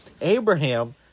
Abraham